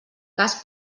cas